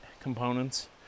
components